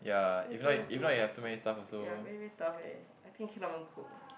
then focus too much ya very very tough eh I think cannot even cope eh